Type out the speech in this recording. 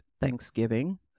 Thanksgiving